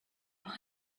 what